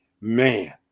Man